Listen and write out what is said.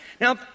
Now